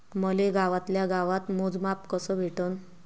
मले गावातल्या गावात मोजमाप कस भेटन?